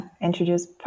introduce